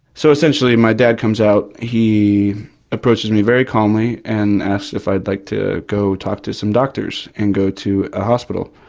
so essentially my dad comes out. he approaches me very calmly and asks if i'd like to go talk to some doctors and go to a hospital.